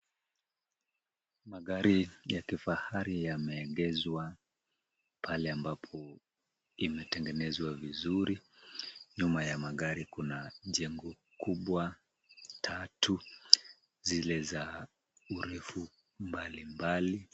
Magari ya kifahari yameegeshwa pale ambapo imetengenezwa vizuri. Nyuma ya magari kuna jengo kubwa tatu zile za urefu mbalimbali.